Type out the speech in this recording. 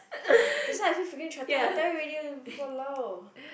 that why I feel freaking threaten lah tell you already !walao!